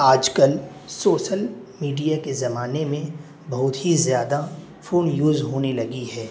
آج کل social media کے زمانے میں بہت ہی زیادہ فون یوز ہونے لگے ہے